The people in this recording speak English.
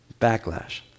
backlash